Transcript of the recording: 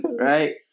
right